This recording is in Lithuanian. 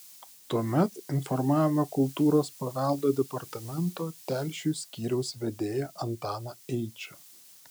tuomet informavome kultūros paveldo departamento telšių skyriaus vedėją antaną eičą